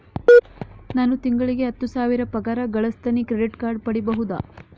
ನಾನು ತಿಂಗಳಿಗೆ ಹತ್ತು ಸಾವಿರ ಪಗಾರ ಗಳಸತಿನಿ ಕ್ರೆಡಿಟ್ ಕಾರ್ಡ್ ಪಡಿಬಹುದಾ?